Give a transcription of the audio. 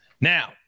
Now